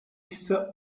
chcę